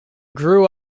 grew